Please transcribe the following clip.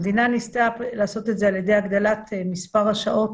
המדינה ניסתה לעשות את זה על ידי הגדלת מספר השעות